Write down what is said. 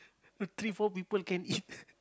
three four people can eat